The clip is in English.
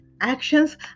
actions